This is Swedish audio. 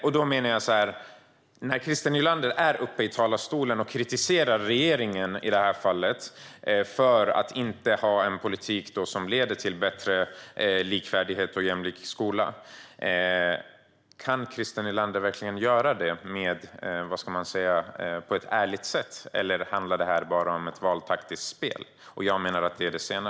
Christer Nylander står i talarstolen och kritiserar regeringen för att inte ha en politik som leder till en mer likvärdig och jämlik skola. Kan Christer Nylander verkligen göra det på ett ärligt sätt, eller handlar det bara om ett valtaktiskt spel? Jag menar att det är det senare.